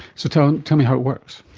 so tell tell me how it works.